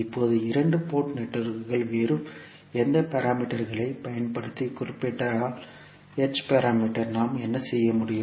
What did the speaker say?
இப்போது இரண்டு போர்ட் நெட்வொர்க்குகள் வேறு எந்த பாராமீட்டர்களைப் பயன்படுத்தி குறிப்பிடப்பட்டால் h பாராமீட்டர் நாம் என்ன செய்ய முடியும்